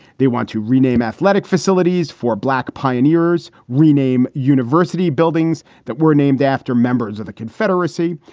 they want to rename athletic facilities for black pioneers, rename university buildings that were named after members of the confederacy,